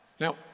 Now